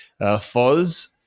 Foz